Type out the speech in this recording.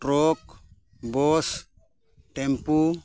truck bus tempo